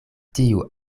tiu